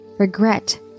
regret